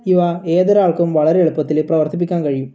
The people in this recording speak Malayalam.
ഇവ ഏതൊരാൾക്കും വളരെ എളുപ്പത്തിൽ പ്രവർത്തിപ്പിക്കാൻ കഴിയും